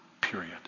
Period